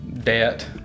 debt